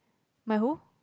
my who